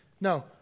No